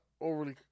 overly